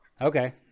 Okay